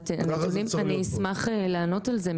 אני אשמח לענות על זה.